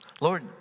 Lord